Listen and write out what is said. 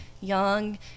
young